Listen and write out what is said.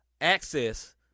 access